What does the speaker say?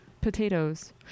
potatoes